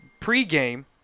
pregame